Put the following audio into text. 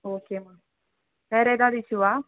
ஓகேமா வேறு எதாவது இஷுவா